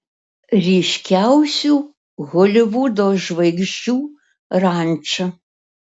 ryškiausių holivudo žvaigždžių ranča